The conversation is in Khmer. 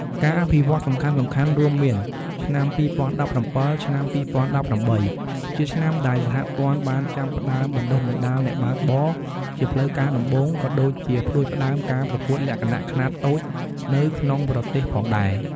ការអភិវឌ្ឍន៍សំខាន់ៗរួមមានឆ្នាំ ២០១៧-២០១៨ ជាឆ្នាំដែលសហព័ន្ធបានចាប់ផ្ដើមបណ្តុះបណ្តាលអ្នកបើកបរ ជាផ្លូវការដំបូង ក៏ដូចជាផ្ដួចផ្ដើមការប្រកួតលក្ខណៈខ្នាតតូចនៅក្នុងប្រទេសផងដែរ។